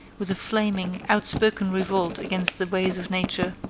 with a flaming, outspoken revolt against the ways of nature,